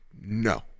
No